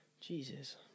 Jesus